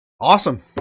Awesome